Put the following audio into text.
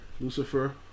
lucifer